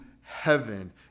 heaven